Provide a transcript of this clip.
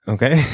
Okay